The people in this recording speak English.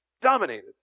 Dominated